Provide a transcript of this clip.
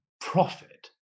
profit